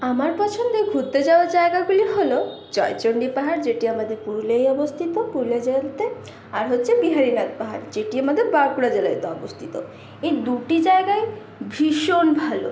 আমার কাছেতে ঘুরতে যাওয়ার জায়গাগুলি হল জয়চন্ডী পাহাড় যেটি আমাদের পুরুলিয়ায় অবস্থিত পুরুলিয়া জেলাতে আর হচ্ছে বিহারিলাল পাহাড় যেটি আমাদের বাঁকুড়া জেলাতে অবস্থিত এই দুটি জায়গায় ভীষণ ভালো